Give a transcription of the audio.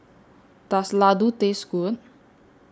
Does Ladoo Taste Good